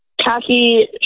khaki